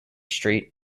street